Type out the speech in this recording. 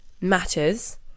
matters